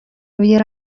روی